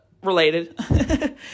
related